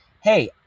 hey